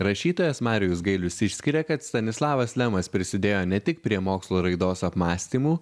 rašytojas marijus gailius išskiria kad stanislavas lemas prisidėjo ne tik prie mokslo raidos apmąstymų